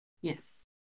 yes